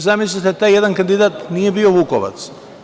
Zamislite, taj jedan kandidat nije bio Vukovac.